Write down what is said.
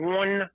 one